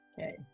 okay